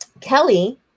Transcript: Kelly